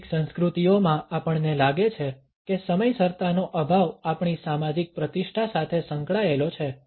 કેટલીક સંસ્કૃતિઓમાં આપણને લાગે છે કે સમયસરતાનો અભાવ આપણી સામાજિક પ્રતિષ્ઠા સાથે સંકળાયેલો છે